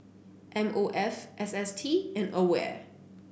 M O F S S T and Aware